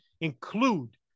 include